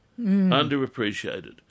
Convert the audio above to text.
underappreciated